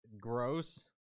gross